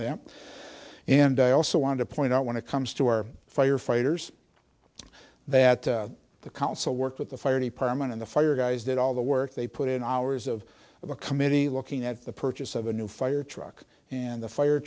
them and i also want to point out when it comes to our firefighters that the council worked with the fire department and the fire guys did all the work they put in hours of a committee looking at the purchase of a new fire truck and the fire